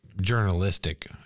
journalistic